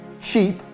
cheap